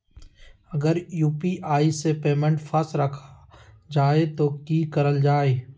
अगर यू.पी.आई से पेमेंट फस रखा जाए तो की करल जाए?